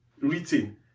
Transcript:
written